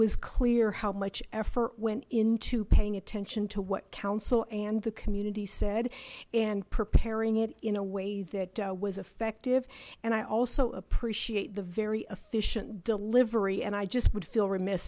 was clear how much effort went into paying attention to what council and the community said and preparing it in a way that was effective and i also appreciate the very efficient delivery and i just would feel remiss